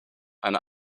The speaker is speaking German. eine